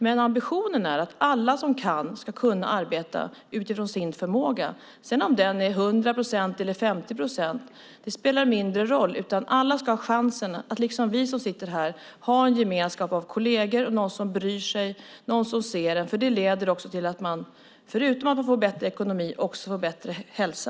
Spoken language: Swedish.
Men ambitionen är att alla som kan ska kunna arbeta utifrån sin förmåga. Om den sedan är 100 procent eller 50 procent spelar mindre roll, utan alla ska ha chansen att, liksom vi som sitter här, ha en gemenskap med kolleger, någon som bryr sig, någon som ser en. Det leder till att man, förutom att man får bättre ekonomi, också får bättre hälsa.